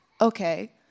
okay